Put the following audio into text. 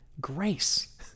Grace